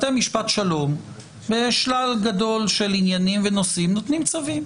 בתי המשפט השלום בשלל גדול של עניינים נותנים צווים.